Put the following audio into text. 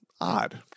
odd